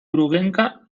groguenca